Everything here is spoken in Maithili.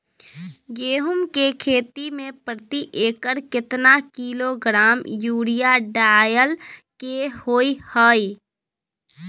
गेहूं के खेती में प्रति एकर केतना किलोग्राम यूरिया डालय के होय हय?